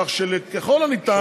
כך שככל הניתן,